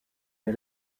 les